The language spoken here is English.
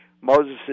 Moses